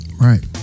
Right